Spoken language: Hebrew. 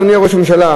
אדוני ראש הממשלה,